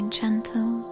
gentle